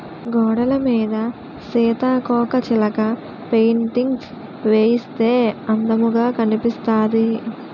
గోడలమీద సీతాకోకచిలక పెయింటింగ్స్ వేయిస్తే అందముగా కనిపిస్తాది